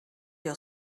your